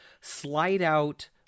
slide-out